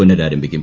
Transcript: പുനരാരംഭിക്കും